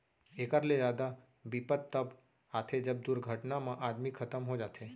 एकर ले जादा बिपत तव आथे जब दुरघटना म आदमी खतम हो जाथे